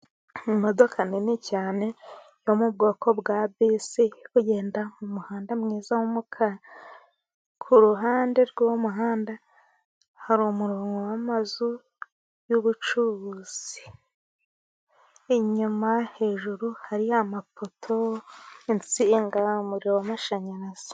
Imodoka nini cyane yo mu bwoko bwa bisi, iri kugenda mu muhanda mwiza w'umukara, kuruhande rw'uwo muhanda hari umurongo w'amazu y'ubucuruzi, inyuma hejuru hari amapoto, insinga, umuriro w'amashanyarazi.